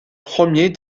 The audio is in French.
premier